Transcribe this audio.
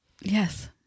Yes